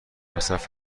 مصرف